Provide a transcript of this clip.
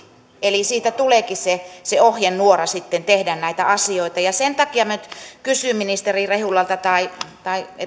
eli siitä tuleekin se se ohjenuora sitten tehdä näitä asioita sen takia minä nyt kysyn ministeri rehulalta tai tai